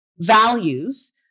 values